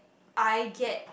I get